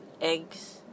eggs